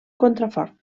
contrafort